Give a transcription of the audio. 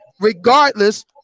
regardless